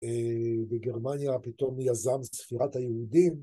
בגרמניה פתאום מייזם ספירת היהודים